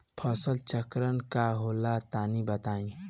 फसल चक्रण का होला तनि बताई?